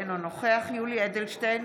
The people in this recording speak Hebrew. אינו נוכח יולי יואל אדלשטיין,